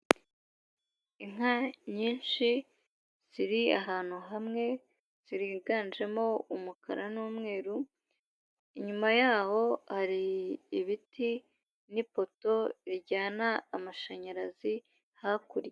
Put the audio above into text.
Inka nyinshi, ziri ahantu hamwe, ziganjemo umukara n'umweru, inyuma yaho hari ibiti n'ipoto rijyana amashanyarazi hakurya.